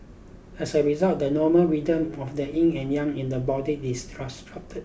as a result the normal rhythm of the Yin and Yang in the body is disrupted